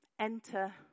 enter